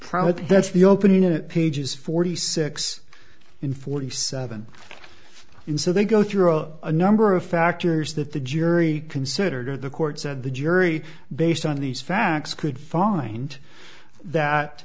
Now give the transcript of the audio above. probably that's the open unit pages forty six in forty seven in so they go through a number of factors that the jury considered or the court said the jury based on these facts could find that